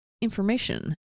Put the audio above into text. information